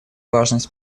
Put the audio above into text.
важность